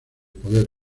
poder